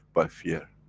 by fear.